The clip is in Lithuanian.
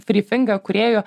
fri finga kūrėju